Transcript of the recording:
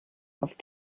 auf